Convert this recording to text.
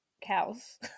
cows